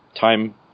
time